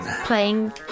Playing